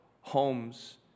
homes